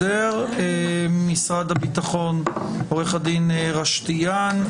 ממשרד הביטחון עורך הדין יהודה רשתיאן.